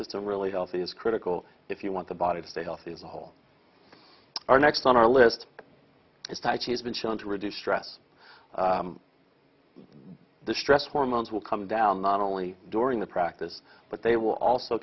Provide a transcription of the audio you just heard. system really healthy is critical if you want the body to stay healthy as a whole are next on our list is tight has been shown to reduce stress the stress hormones will come down not only during the practice but they will also